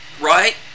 Right